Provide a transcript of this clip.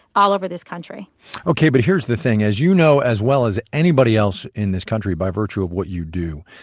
all over this country ok, but here's the thing, as you know as well as anybody else in this country by virtue of what you do,